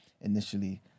initially